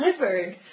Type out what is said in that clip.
delivered